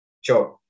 Sure